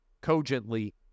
cogently